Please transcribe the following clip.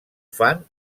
fan